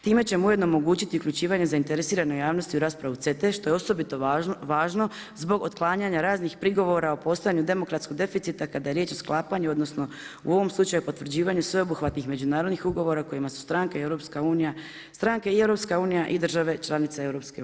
Time ćemo ujedinio omogućiti uključivanje zainteresirane javnosti o raspravi CETA-e što je osobito važno zbog otklanjanja raznih prigovora o postojanju demokratskog deficita kada je riječ o sklapanju, u ovom slučaju potvrđivanju sveobuhvatnih međunarodnih ugovora kojima su stranke i EU i države članice EU.